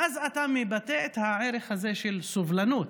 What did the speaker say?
ואז אתה מבטא את הערך הזה של סובלנות.